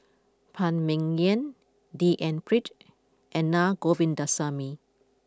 Phan Ming Yen D N Pritt and Na Govindasamy